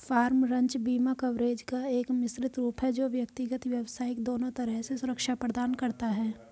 farm, ranch बीमा coverage का एक मिश्रित रूप है जो व्यक्तिगत, व्यावसायिक दोनों तरह से सुरक्षा प्रदान करता है